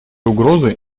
угрозы